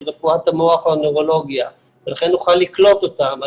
רפואת המוח או נוירולוגיה ולכן נוכל לקלוט אותם.